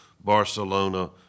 Barcelona